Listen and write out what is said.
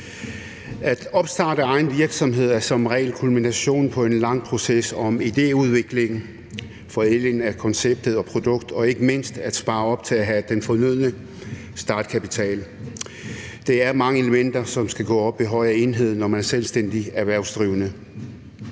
At opstarte egen virksomhed er som regel kulminationen på en lang proces om idéudvikling, forædling af konceptet og produktet og ikke mindst at spare op til at have den fornødne startkapital. Det er mange elementer, som skal gå op i en højere enhed, når man er selvstændig erhvervsdrivende.